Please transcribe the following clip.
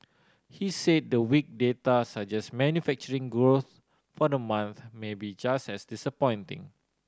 he said the weak data suggests manufacturing growth for the month may be just as disappointing